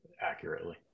accurately